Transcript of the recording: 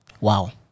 wow